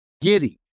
giddy